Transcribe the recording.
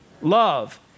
love